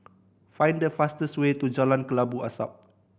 find the fastest way to Jalan Kelabu Asap